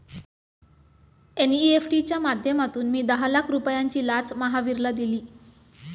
NEFT च्या माध्यमातून मी दहा लाख रुपयांची लाच महावीरला दिली